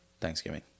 Thanksgiving